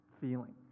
feeling